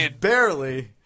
Barely